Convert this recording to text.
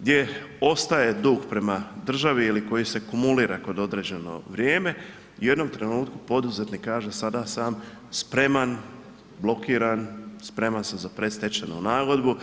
gdje ostaje dug prema državi ili koji se kumulira kroz određeno vrijeme i u jednom trenutku poduzetnik kaže, sada sam spreman, blokiran, spreman sam za predstečajnu nagodbu.